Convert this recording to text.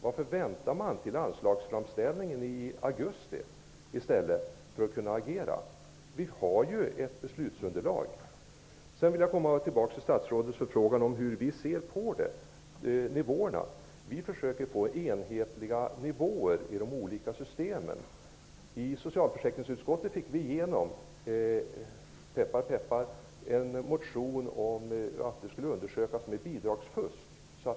Varför väntar man till anslagsframställningen i augusti i stället för att agera? Det finns ju ett beslutsunderlag. Sedan vill jag återkomma till statsrådets fråga om hur vi ser på nivåerna. Vi vill ha enhetliga nivåer i de olika systemen. I socialförsäkringsutskottet fick vi igenom -- peppar, peppar -- en motion om undersökning av bidragsfusk.